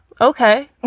okay